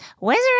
wizard